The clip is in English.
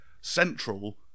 central